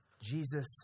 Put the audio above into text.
Jesus